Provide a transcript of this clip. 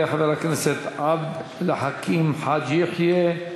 יעלה חבר הכנסת עבד אל חכים חאג' יחיא,